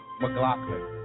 McLaughlin